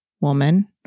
woman